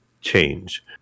change